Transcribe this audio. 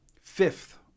fifth